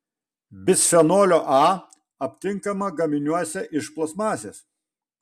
bisfenolio a aptinkama gaminiuose iš plastmasės